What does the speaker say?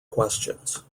questions